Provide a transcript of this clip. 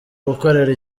gukorera